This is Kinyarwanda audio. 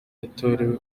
yatorewe